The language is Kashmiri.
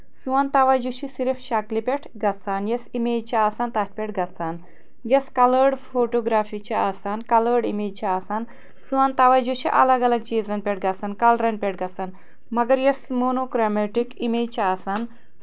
سون تَوجہہ چھُ صرف شَکلہ پٮ۪ٹھ گژھان یۄس اِمیج چھُ آسان تَتھ پٮ۪ٹھ گژھان یۄس کلٲڑ فوٹوگرافی چھ آسان کلٲڑ اِمیج چھ آسان سون تَوجہہ چھُ اَلگ اَلگ چیٖزَن پٮ۪ٹھ گژھان کَلرَن پٮ۪ٹھ گژھان مَگر یۄس مونوکریٚمیٚٹِک اِمیج چھ آسان